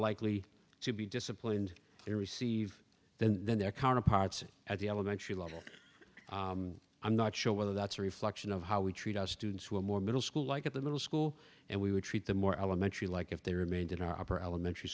likely to be disciplined to receive than than their counterparts at the elementary level i'm not sure whether that's a reflection of how we treat our students who are more middle school like at the middle school and we would treat them more elementary like if they remained in our opera elementary